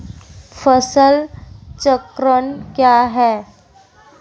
फसल चक्रण क्या है?